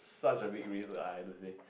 such a big risk I I have to say